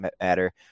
matter